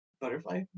Butterfly